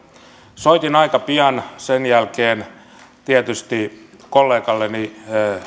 soitin aika pian sen jälkeen tietysti kollegalleni